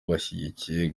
bashyigikiye